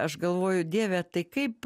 aš galvoju dieve tai kaip